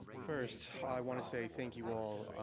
first, i want to say thank you all.